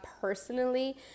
personally